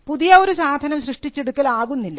പുതിയ ഒരു സാധനം സൃഷ്ടിച്ചെടുക്കലാകുന്നില്ല